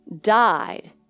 died